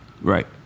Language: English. Right